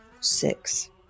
six